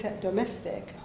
domestic